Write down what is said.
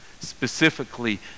specifically